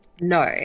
no